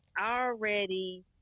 Already